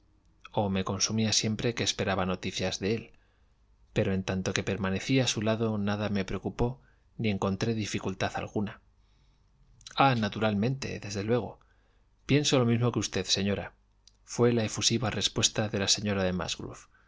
o me consumía siempre que esperaba noticias de él pero en tanto que permanecí a su lado oiada me preocupó ni encontré dificultad alguna ah naturalmente desde luego pienso lo mismo que usted señorafué la efusiva respuesta de la señora de